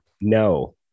No